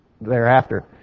thereafter